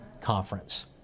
Conference